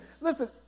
Listen